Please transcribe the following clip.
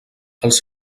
els